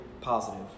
positive